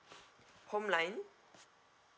home line